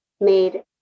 made